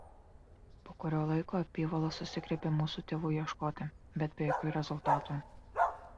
po kurio laiko apyvalos susigriebė mūsų tėvų ieškoti bet be jokių rezultatų